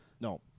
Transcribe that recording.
no